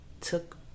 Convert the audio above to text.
took